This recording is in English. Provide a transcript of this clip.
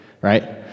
Right